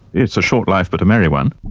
it's a short life but a merry one.